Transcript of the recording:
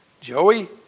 Joey